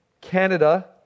Canada